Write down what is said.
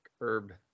herb